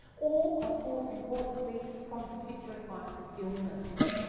or of course importantly from particular types of illness.